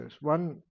One